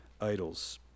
idols